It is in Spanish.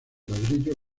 ladrillo